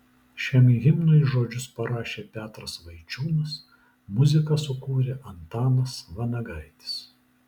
šiam himnui žodžius parašė petras vaičiūnas muziką sukūrė antanas vanagaitis